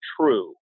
true